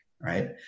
right